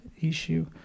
issue